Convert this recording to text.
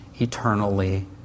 Eternally